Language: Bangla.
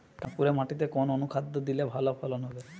কাঁকুরে মাটিতে কোন অনুখাদ্য দিলে ভালো ফলন হবে?